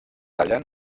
tallen